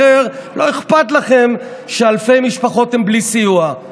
אחר לא אכפת לכם שאלפי משפחות הן בלי סיוע,